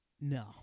no